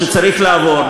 שצריך לעבור,